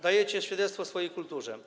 Dajecie świadectwo swojej kulturze.